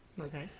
Okay